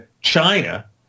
China